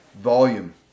volume